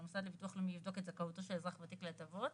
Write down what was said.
שהמוסד לביטוח לאומי יבדוק את זכאותו של אזרח ותיק להטבות.